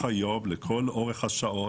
4,300 מגה-וואט לכל אורך היום.